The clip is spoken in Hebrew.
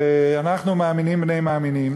אנחנו מאמינים בני מאמינים.